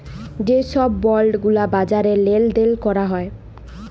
যে ছব বল্ড গুলা বাজারে লেল দেল ক্যরা হ্যয়